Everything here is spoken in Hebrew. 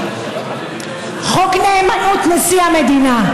חוק נאמנות נשיא המדינה.